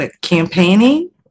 campaigning